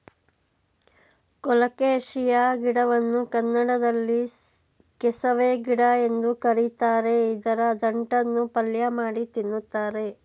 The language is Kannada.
ಕೊಲೋಕೆಶಿಯಾ ಗಿಡವನ್ನು ಕನ್ನಡದಲ್ಲಿ ಕೆಸವೆ ಗಿಡ ಎಂದು ಕರಿತಾರೆ ಇದರ ದಂಟನ್ನು ಪಲ್ಯಮಾಡಿ ತಿನ್ನುತ್ತಾರೆ